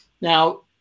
Now